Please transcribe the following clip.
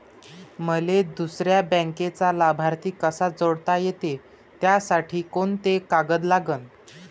मले दुसऱ्या बँकेचा लाभार्थी कसा जोडता येते, त्यासाठी कोंते कागद लागन?